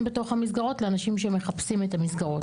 בתוך המסגרות לאנשים שמחפשים את המסגרות,